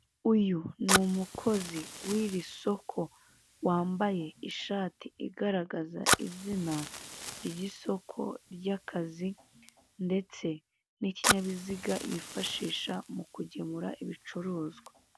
Uyu ni umukozi w'iri soko, wambaye ishati igaragaza izina ry'isoko ry'akazi ndetse n'ikinyabiziga yifashisha ari kugemura ibicuruzwa.